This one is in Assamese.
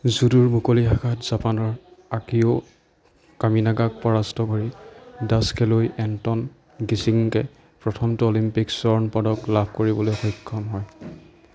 জুডোৰ মুকলি শাখাত জাপানৰ আকিঅ' কামিনাগাক পৰাস্ত কৰি ডাচ খেলুৱৈ এণ্টন গিচিঙ্কে প্ৰথমটো অলিম্পিক স্বৰ্ণ পদক লাভ কৰিবলৈ সক্ষম হয়